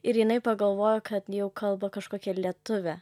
ir jinai pagalvojo kad jau kalba kažkokia lietuvė